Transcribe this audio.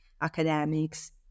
academics